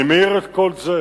אני מעיר את כל זה